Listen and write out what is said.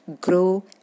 grow